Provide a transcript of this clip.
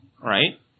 right